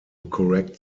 correct